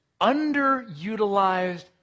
underutilized